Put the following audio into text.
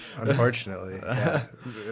unfortunately